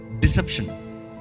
Deception